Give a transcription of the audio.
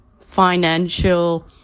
financial